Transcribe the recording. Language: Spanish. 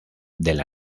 del